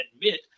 admit